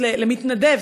למתנדב,